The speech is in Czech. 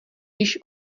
již